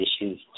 issues